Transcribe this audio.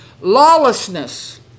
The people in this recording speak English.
Lawlessness